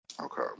Okay